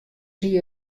hie